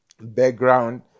background